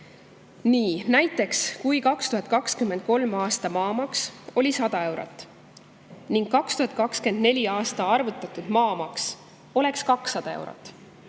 Näiteks kui 2023. aasta maamaks oli 100 eurot ning 2024. aastaks arvutatud maamaks oleks 200 eurot